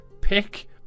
pick